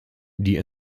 die